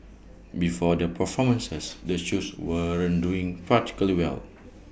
before the performances the shoes weren't doing particularly well